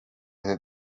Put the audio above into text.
that